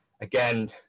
again